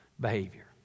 behavior